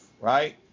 Right